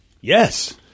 Yes